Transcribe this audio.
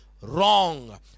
wrong